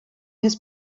his